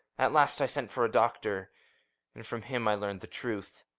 at last i sent for a doctor and from him i learned the truth.